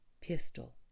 pistol